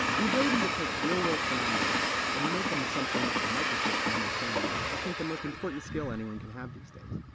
the ability to take real-world phenomena and make them something a microchip can understand, is, i think, the most important skill anyone can have these days.